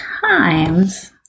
times